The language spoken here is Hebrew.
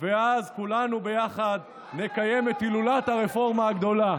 אז כולנו ביחד נקיים את הילולת הרפורמה הגדולה.